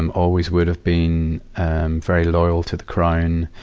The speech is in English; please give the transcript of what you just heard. and always would have been very loyal to the crown.